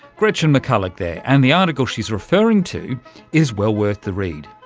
gretchen mcculloch there, and the article she's referring to is well worth the read.